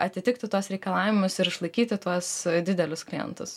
atitikti tuos reikalavimus ir išlaikyti tuos didelius klientus